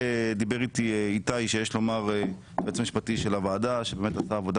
דיבר איתי היועץ המשפטי של הוועדה איתי עצמון שבאמת עשה עבודה